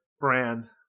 brand